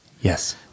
Yes